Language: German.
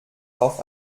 auf